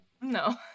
No